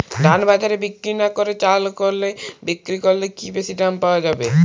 ধান বাজারে বিক্রি না করে চাল কলে বিক্রি করলে কি বেশী দাম পাওয়া যাবে?